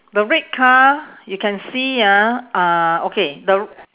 the red car you can see ah uh okay the